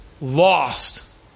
lost